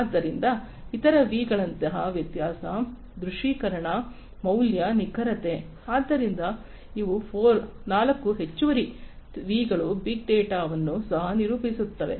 ಆದ್ದರಿಂದ ಇತರ ವಿ'ಗಳಂತಹ ವ್ಯತ್ಯಾಸ ದೃಶ್ಯೀಕರಣ ಮೌಲ್ಯ ನಿಖರತೆ ಆದ್ದರಿಂದ ಇವು 4 ಹೆಚ್ಚುವರಿ ವಿ ಗಳು ಬಿಗ್ ಡೇಟಾ ವನ್ನು ಸಹ ನಿರೂಪಿಸುತ್ತವೆ